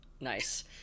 Nice